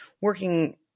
working